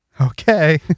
Okay